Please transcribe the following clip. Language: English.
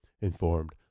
informed